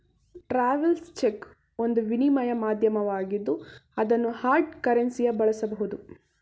travels check ಒಂದು ವಿನಿಮಯ ಮಾಧ್ಯಮವಾಗಿದ್ದು ಅದನ್ನು ಹಾರ್ಡ್ ಕರೆನ್ಸಿಯ ಬಳಸಬಹುದು